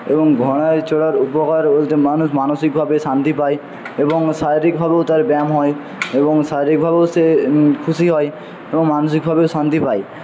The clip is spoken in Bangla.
এবং ঘোড়ায় চড়ার উপকার বলতে মানুষ মানসিকভাবে শান্তি পায় এবং শারীরিকভাবেও তার ব্যায়াম হয় এবং শারীরিকভাবেও সে খুশি হয় এবং মানসিকভাবে শান্তি পায়